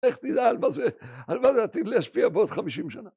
איך תדע, על מה זה ,על מה זה עתיד להשפיע בעוד חמישים שנה?